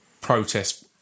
protest